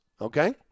Okay